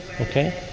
Okay